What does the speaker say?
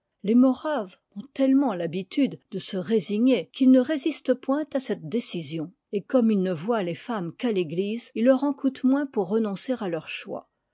les moraves ont tellement habitude de se résigner qu'ils ne résistent point à cette décision et comme ils ne voient les femmes qu'à fégtise il leur en coûte moins pour renoncer à leur choix